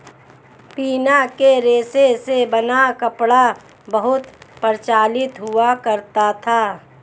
पिना के रेशे से बना कपड़ा बहुत प्रचलित हुआ करता था